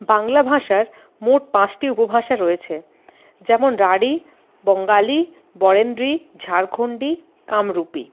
বাংলা ভাষার মোট পাঁচটি উপভাষা রয়েছে যেমন রাঢ়ী বঙ্গালী বরেন্দ্রী ঝাড়খণ্ডি কামরুপী